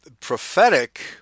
prophetic